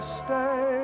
stay